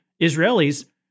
Israelis